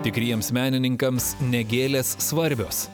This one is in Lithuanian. tikriems menininkams ne gėlės svarbios